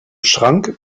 schrank